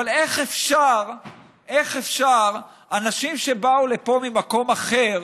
אבל איך אפשר שאנשים שבאו לפה ממקום אחר